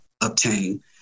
obtain